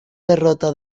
derrota